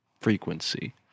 frequency